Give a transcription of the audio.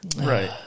Right